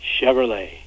Chevrolet